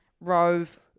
Rove